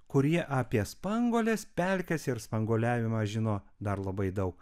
kurie apie spanguoles pelkėse ir spanguoliavimą žino dar labai daug